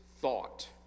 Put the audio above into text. thought